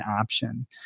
option